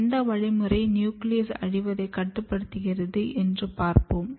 எந்த வழிமுறை நியூக்ளியஸ் அழிவதை கட்டுப்படுத்துகிறது என்று பார்ப்போம்